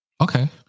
Okay